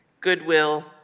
goodwill